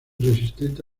resistente